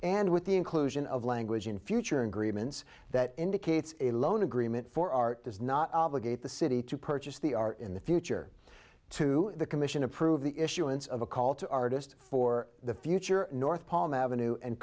and with the inclusion of language in future ingredients that indicates a loan agreement for art does not obligate the city to purchase the are in the future to the commission approve the issuance of a call to artists for the future north palm avenue and